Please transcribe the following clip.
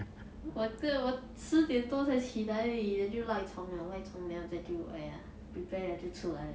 我个我十点多才起来而已 then 就赖床 liao 赖床 then after that 就 !aiya! prepare then 就出来 liao